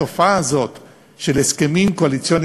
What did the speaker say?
התופעה הזאת של הסכמים קואליציוניים